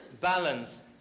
balance